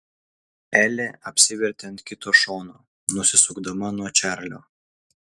elė apsivertė ant kito šono nusisukdama nuo čarlio